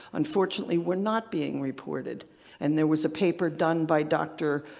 unfortunately, were not being reported and there was a paper done by dr.